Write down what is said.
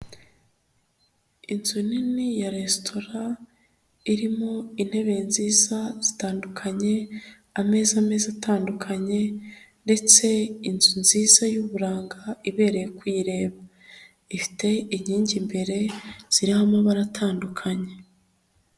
Inzu nini ya resitora irimo intebe nziza zitandukanye, ameza meza atandukanye ndetse inzu nziza y'uburanga ibereye kuyireba, ifite inkingi imbere ziriho amabara atandukanye.